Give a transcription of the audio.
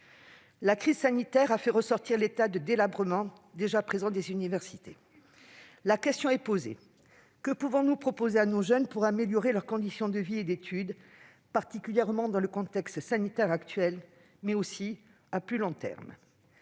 La crise sanitaire a fait ressortir l'état de délabrement déjà existant des universités. La question est posée : que pouvons-nous proposer à nos jeunes pour améliorer leurs conditions de vie et d'études, particulièrement dans le contexte sanitaire actuel, mais aussi à plus long terme ?